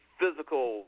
physical